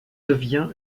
devient